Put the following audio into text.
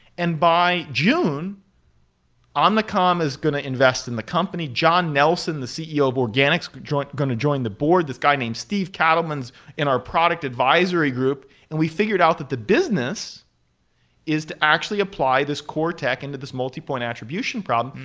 and by june omnicom is going to invest in the company. john nelson, the ceo of organics is going to join the board. this guy named steve katelman's in our product advisory group and we figured out that the business is to actually apply this core tech into this multipoint attribution problem.